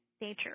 nature